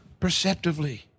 perceptively